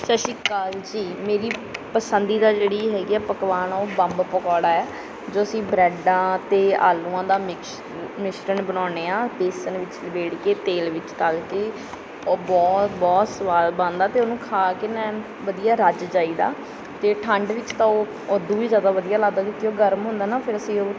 ਸਤਿ ਸ਼੍ਰੀ ਅਕਾਲ ਜੀ ਮੇਰੀ ਪਸੰਦੀਦਾ ਜਿਹੜੀ ਹੈਗੀ ਆ ਪਕਵਾਨ ਉਹ ਬੰਬ ਪਕੌੜਾ ਹੈ ਜੋ ਅਸੀਂ ਬ੍ਰੈਡਾਂ 'ਤੇ ਆਲੂਆਂ ਦਾ ਮਿਕਸ਼ ਮਿਸ਼ਰਨ ਬਣਾਉਨੇ ਹਾਂ ਬੇਸਨ ਵਿੱਚ ਲਬੇੜ ਕੇ ਤੇਲ ਵਿੱਚ ਤਲ ਕੇ ਉਹ ਬਹੁਤ ਬਹੁਤ ਸਵਾਦ ਬਣਦਾ ਅਤੇ ਉਹਨੂੰ ਖਾ ਕੇ ਨਾ ਐਨ ਵਧੀਆ ਰੱਜ ਜਾਈਦਾ ਅਤੇ ਠੰਡ ਵਿੱਚ ਤਾਂ ਉਹ ਉਦੋਂ ਵੀ ਜ਼ਿਆਦਾ ਵਧੀਆ ਲੱਗਦਾ ਕਿਉਂਕਿ ਉਹ ਗਰਮ ਹੁੰਦਾ ਨਾ ਫਿਰ ਅਸੀਂ ਉਹ